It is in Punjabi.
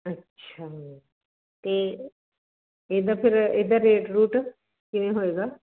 ਅੱਛਾ ਅਤੇ ਇਹਦਾ ਫਿਰ ਇਹਦਾ ਰੇਟ ਰੂਟ ਕਿਵੇਂ ਹੋਏਗਾ